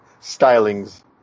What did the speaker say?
stylings